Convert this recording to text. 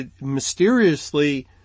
mysteriously